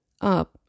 up